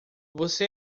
você